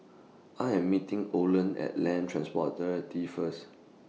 I Am meeting Olen At Land Transport Authority First